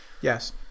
yes